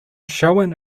shown